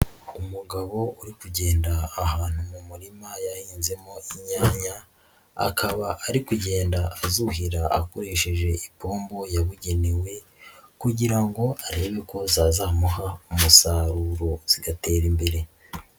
Umugabo uri kugenda ahantu mu murima yahinzemo imyanya, akaba ari kugenda azuhira akoresheje ipombo yabugenewe kugira ngo arebe uko zazamuha umusaruro zigatera imbere.